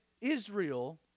Israel